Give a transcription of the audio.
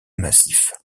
massifs